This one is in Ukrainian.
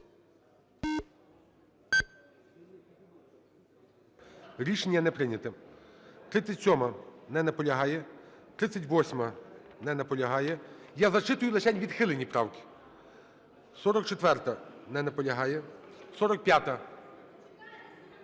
Рішення не прийнято. 37-а. Не наполягає. 38-а. Не наполягає. Я зачитую лишень відхилені правки. 44-а. Не наполягає. 45-а.